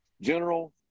General